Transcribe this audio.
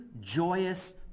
joyous